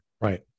Right